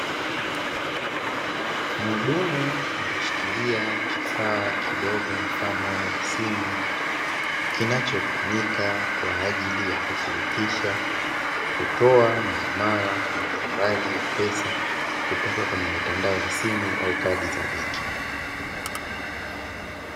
Mhudumu ameshikilia kifaa kidogo mfano wa simu, kinachotumika kwa ajili ya kudhibitisha kutoa miamala mbalimbali ya pesa kutoka kwenye mitandao ya simu au kadi za benki.